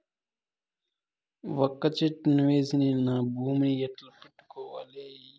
వక్క చెట్టును వేసేకి నేను నా భూమి ని ఎట్లా పెట్టుకోవాలి?